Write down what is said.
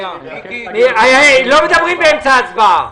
לא מדברים באמצע הצבעה.